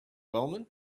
wellman